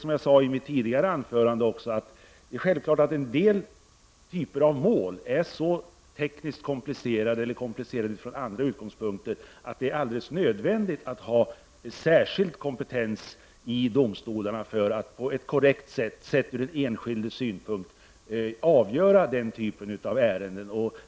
Som jag sade i mitt tidigare anförande är en del typer av mål så tekniskt komplicerade eller komplicerade på annat sätt att det är alldeles nödvändigt att det finns särskild kompetens i domstolarna för att den typen av ärenden, sedda ur den enskildes synpunkt, skall kunna avgöras.